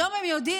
היום הם יודעים